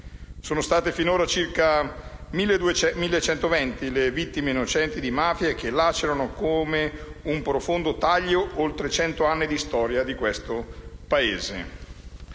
sono state circa 1.120 le vittime innocenti di mafia che lacerano, come un profondo taglio, oltre cento anni di storia di questo Paese.